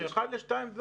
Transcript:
אחד לשניים,